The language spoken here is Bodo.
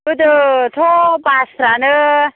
गोदोथ' बासफ्रानो